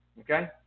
Okay